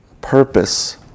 purpose